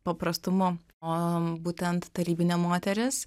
paprastumu o būtent tarybinė moteris